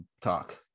talk